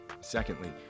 Secondly